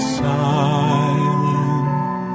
silent